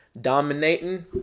Dominating